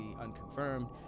unconfirmed